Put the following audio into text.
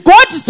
God